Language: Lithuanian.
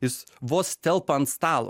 jis vos telpa ant stalo